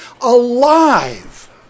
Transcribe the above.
alive